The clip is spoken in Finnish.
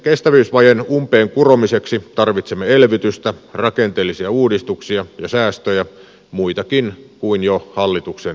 kestävyysvajeen umpeen kuromiseksi tarvitsemme elvytystä rakenteellisia uudistuksia ja säästöjä muitakin kuin hallituksen jo esittämiä